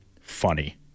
funny